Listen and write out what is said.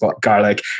garlic